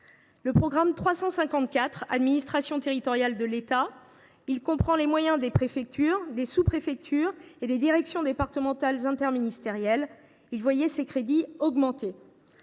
du programme 354 « Administration territoriale de l’État », qui comprend les moyens des préfectures, des sous préfectures et des directions départementales interministérielles, augmentent